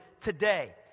today